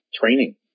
training